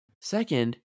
second